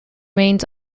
remains